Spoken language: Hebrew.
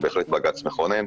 הוא בהחלט בג"ץ מכונן,